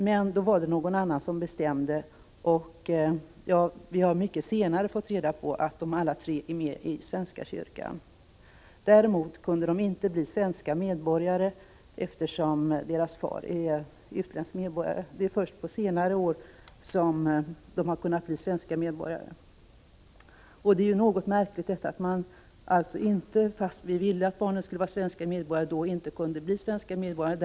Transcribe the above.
Men då var det någon annan som bestämde, och långt senare fick vi veta att alla tre är medlemmar i svenska kyrkan. Däremot kunde de inte bli svenska medborgare, eftersom deras far är utländsk medborgare. Först under senare år har de kunnat bli svenska medborgare. Det är något märkligt att barnen, trots att vi ville att de skulle vara svenska medborgare, då inte kunde få svenskt medborgarskap.